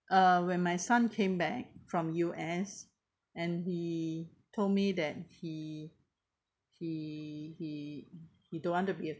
uh when my son came back from U_S and he told me that he he he mm he don't want to be a